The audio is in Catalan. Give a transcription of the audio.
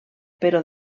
però